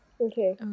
Okay